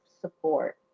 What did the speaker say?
support